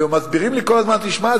ומסבירים לי כל הזמן: תשמע,